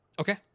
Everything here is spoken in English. okay